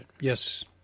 Yes